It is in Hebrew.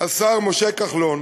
משה כחלון,